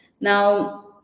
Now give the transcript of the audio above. now